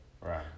Right